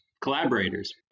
collaborators